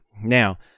Now